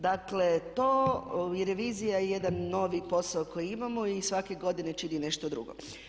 Dakle to, … revizija je jedan novi posao koji imamo i svake godine čini nešto drugo.